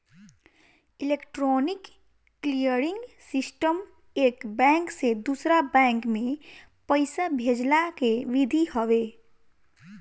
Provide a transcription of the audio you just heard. electronic clearing system एक bank से दूसरा बैंक में पईसा भेजला के विधि हवे